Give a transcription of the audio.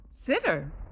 Sitter